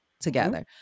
together